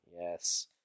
Yes